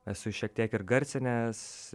esu šiek tiek ir garsinęs